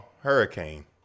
Hurricane